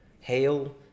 Hail